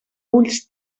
ulls